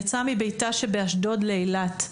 יצאה מביתה שבאשדוד לאילת.